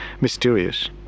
mysterious